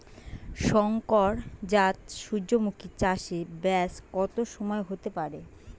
শংকর জাত সূর্যমুখী চাসে ব্যাস কত সময় হতে পারে?